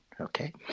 okay